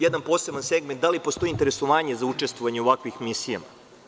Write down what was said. Jedan poseban segment - da li postoji interesovanje za učestvovanje u ovakvim misijama?